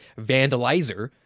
vandalizer